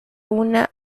una